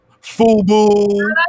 Fubu